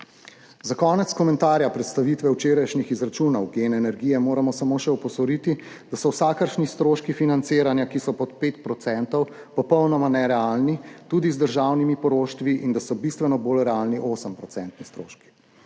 Za konec komentarja predstavitve včerajšnjih izračunov GEN energije moramo samo še opozoriti, da so vsakršni stroški financiranja, ki so pod 5 %, popolnoma nerealni, tudi z državnimi poroštvi, in da so bistveno bolj realni 8-odstotni